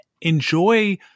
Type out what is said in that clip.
enjoy